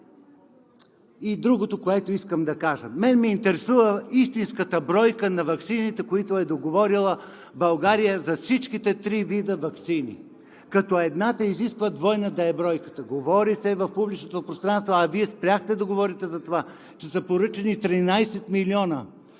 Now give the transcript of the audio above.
И другото, което искам да кажа: мен ме интересува истинската бройка на ваксините, които е договорила България, за всичките три вида ваксини, като едната изисква бройката да е двойна. Говори се в публичното пространство, а Вие спряхте да говорите за това, че са поръчани 13 милиона,